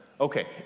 Okay